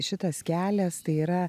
šitas kelias tai yra